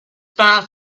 far